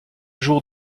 jours